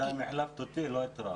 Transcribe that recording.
בינתיים החלפת אותי, לא את רם.